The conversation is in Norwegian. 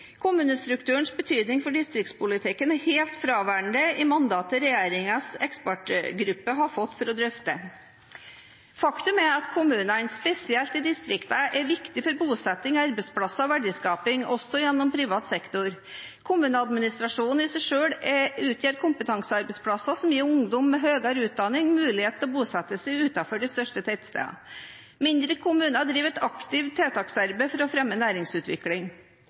Kommunestrukturens betydning for distriktspolitikken er helt fraværende i mandatet regjeringens ekspertgruppe har fått for å drøfte oppgavedelingen. Faktum er at kommunene, spesielt i distriktene, er viktige for bosetting, arbeidsplasser og verdiskaping også gjennom privat sektor. Kommuneadministrasjonen i seg selv utgjør kompetansearbeidsplasser som gir ungdom med høyere utdanning mulighet til å bosette seg utenfor de største tettstedene. Mindre kommuner driver et aktivt tiltaksarbeid for å fremme næringsutvikling.